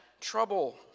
trouble